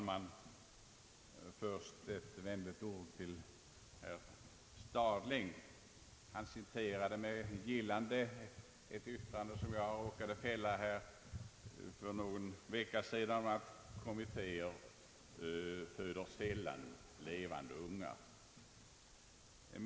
Herr talman! Herr Stadling citerade med gillande ett yttrande som jag råkade fälla här för någon vecka sedan om att »kommittéer sällan föder levande ungar».